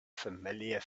familiar